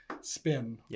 spin